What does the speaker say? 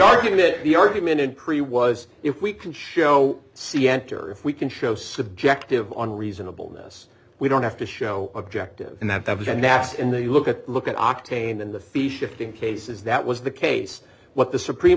argument the argument in pre was if we can show c enter if we can show subjective on reasonable us we don't have to show objective and that that was an ass in the look at look at octane in the fi shifting cases that was the case what the supreme